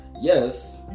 Yes